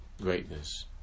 greatness